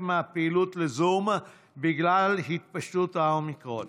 מהפעילות לזום בגלל התפשטות האומיקרון,